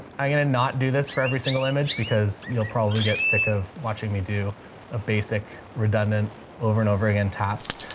i'm going to not do this for every single image because you'll probably get sick of watching me do a basic redundant over and over again task.